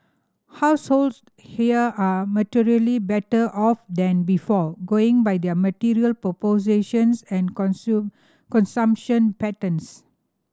households here are materially better off than before going by their material possessions and consumption patterns